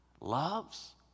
loves